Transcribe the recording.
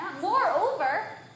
Moreover